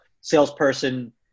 salesperson